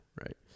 right